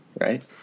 right